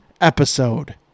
episode